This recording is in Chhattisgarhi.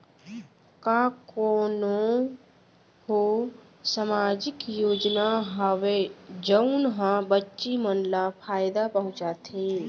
का कोनहो सामाजिक योजना हावय जऊन हा बच्ची मन ला फायेदा पहुचाथे?